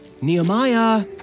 Nehemiah